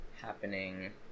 happening